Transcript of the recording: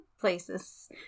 places